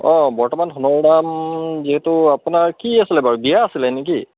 অঁ বৰ্তমান সোণৰ দাম যিহেতু আপোনাৰ কি আছিলে বাৰু বিয়া আছিলে নে কি